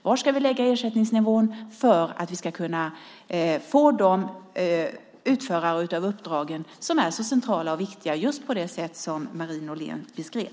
Var ska vi lägga ersättningsnivån för att vi ska kunna få de utförare av uppdragen som är så centrala och viktiga på just det sätt som Marie Nordén beskrev?